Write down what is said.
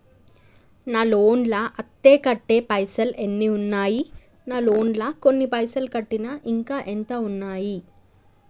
నా లోన్ లా అత్తే కట్టే పైసల్ ఎన్ని ఉన్నాయి నా లోన్ లా కొన్ని పైసల్ కట్టిన ఇంకా ఎంత ఉన్నాయి?